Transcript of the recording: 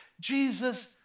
Jesus